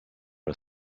are